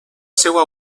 seua